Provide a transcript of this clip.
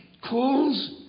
calls